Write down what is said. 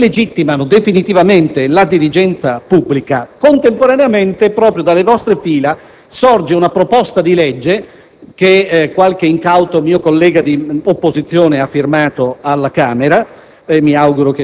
che delegittimano definitivamente la dirigenza pubblica. Contemporaneamente, proprio dalle vostre fila sorge una proposta di legge (che qualche incauto mio collega di opposizione ha firmato alla Camera,